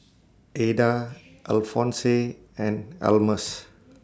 Adah Alphonse and Almus